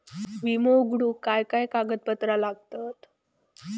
विमो उघडूक काय काय कागदपत्र लागतत?